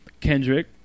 Kendrick